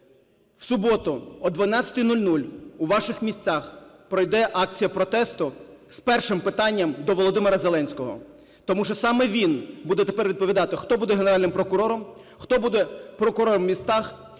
в суботу о 12:00 у ваших містах пройде акція протесту з першим питанням до Володимира Зеленського. Тому що саме він буде тепер відповідати, хто буде Генеральним прокурором, хто будуть прокурорами в містах,